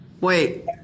Wait